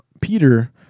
Peter